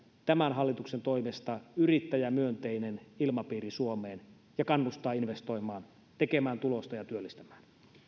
tämän hallituksen toimesta yrittäjämyönteinen ilmapiiri suomeen ja kannustaa investoimaan tekemään tulosta ja työllistämään